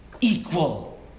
equal